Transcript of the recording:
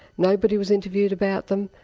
nobody was interviewed about them,